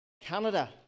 Canada